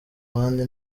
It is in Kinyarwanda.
abandi